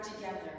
together